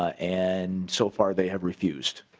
ah and so far they have refused.